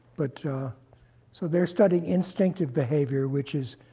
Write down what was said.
but so they're studying instinctive behavior, which is,